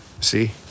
See